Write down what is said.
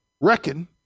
reckon